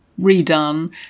redone